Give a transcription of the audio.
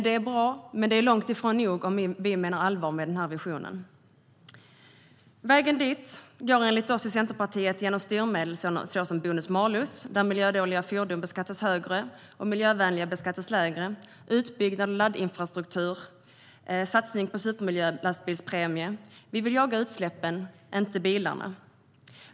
Det är bra, men det är långt ifrån nog, om vi menar allvar med den här visionen. Vägen dit går enligt oss i Centerpartiet genom styrmedel som bonus-malus, där miljödåliga fordon beskattas högre och miljövänliga beskattas lägre, utbyggnad av laddinfrastrukturen och satsningar på supermiljölastbilspremie. Vi vill jaga utsläppen - inte bilarna.